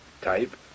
type